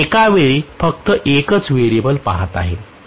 मी एका वेळी फक्त एकच व्हेरिएबल पहात आहे